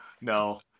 No